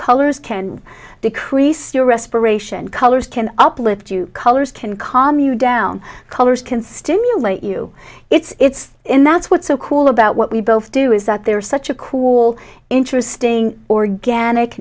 colors can decrease your respiration colors can uplift you colors can calm you down colors can stimulate you it's in that's what's so cool about what we both do is that there is such a cool interesting organic